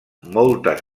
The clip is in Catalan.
moltes